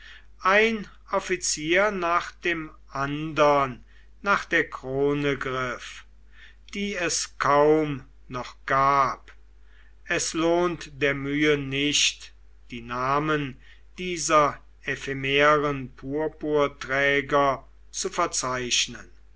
ein offizier nach dem andern nach der krone griff die es kaum noch gab es lohnt der mühe nicht die namen dieser ephemeren purpurträger zu verzeichnen